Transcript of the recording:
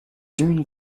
during